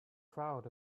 crowd